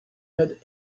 had